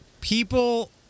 people